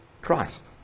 Christ